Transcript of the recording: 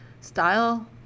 style